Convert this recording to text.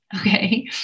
Okay